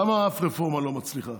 למה אף רפורמה לא מצליחה